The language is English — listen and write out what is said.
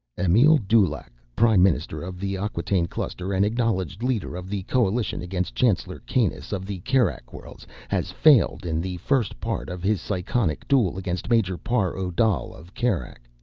emile dulaq, prime minister of the acquataine cluster and acknowledged leader of the coalition against chancellor kanus of the kerak worlds, has failed in the first part of his psychonic duel against major par odal of kerak.